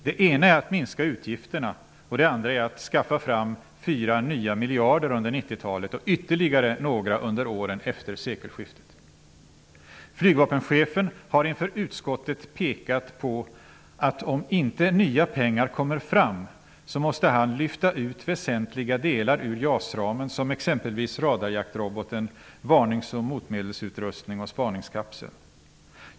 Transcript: Det ena är att minska utgifterna, och det andra är att skaffa fram fyra nya miljarder under 90-talet och ytterligare några under åren efter sekelskiftet. Flygvapenchefen har inför utskottet pekat på att han, om det inte kommer fram nya pengar, måste lyfta ut väsentliga delar ur JAS-ramen, t.ex. radarjaktroboten, varnings och motmedelsutrustningen och spaningskapseln.